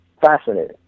fascinating